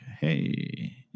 Hey